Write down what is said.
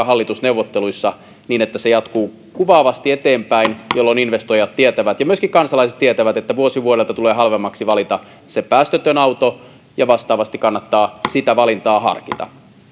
hallitusneuvotteluissa niin että se jatkuu kuvaavasti eteenpäin jolloin investoijat tietävät ja myöskin kansalaiset tietävät että vuosi vuodelta tulee halvemmaksi valita se päästötön auto ja vastaavasti kannattaa sitä valintaa harkita